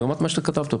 ברמת מה שאתה כתבת פה,